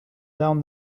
down